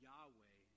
Yahweh